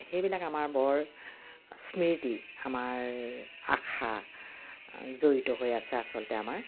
সেইবিলাক আমাৰ বৰ স্মৃতি আমাৰ আশা জড়িত হৈ আছে আচলতে আমাৰ